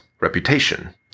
reputation